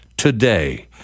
Today